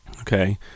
Okay